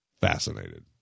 Fascinated